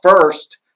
first